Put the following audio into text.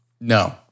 No